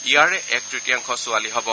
ইয়াৰে এক তৃতীয়াংশ ছোৱালী হব